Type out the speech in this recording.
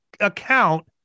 account